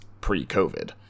pre-covid